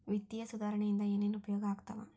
ವಿತ್ತೇಯ ಸುಧಾರಣೆ ಇಂದ ಏನೇನ್ ಉಪಯೋಗ ಆಗ್ತಾವ